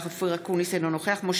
אינו נוכח אופיר אקוניס,